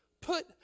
Put